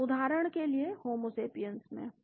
तो उदाहरण के लिए होमसेपिएन्स में